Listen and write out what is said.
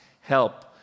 help